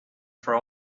for